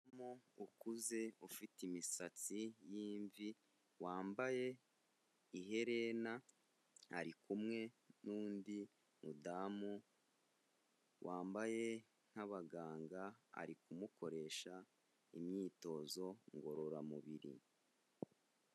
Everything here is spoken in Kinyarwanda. Umuntu ukuze ufite imisatsi yimvi wambaye iherena arikumwe nundi mudamu wambaye nkabaganga ari kumukoresha imyitozo ngororamubir.